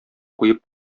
куеп